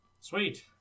Sweet